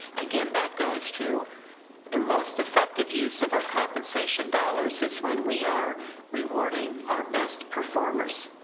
again that goes to the most effective use of our compensation dollars is when we are rewarding our best performers,